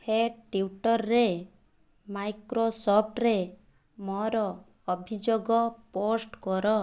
ହେ ଟ୍ୱିଟରରେ ମାଇକ୍ରୋସଫ୍ଟରେ ମୋର ଅଭିଯୋଗ ପୋଷ୍ଟ କର